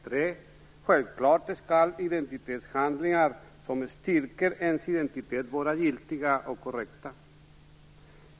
För det tredje är vi överens om att identitetshandlingar som styrker ens identitet självklart skall vara giltiga och korrekta.